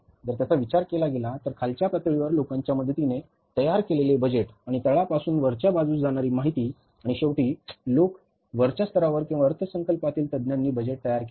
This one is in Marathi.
जर त्याचा विचार केला गेला तर खालच्या पातळीवर लोकांच्या मदतीने तयार केलेले बजेट आणि तळापासून वरच्या बाजूस जाणारी माहिती आणि शेवटी लोक वरच्या स्तरावर किंवा अर्थसंकल्पातील तज्ज्ञांनी बजेट तयार केले